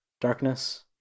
darkness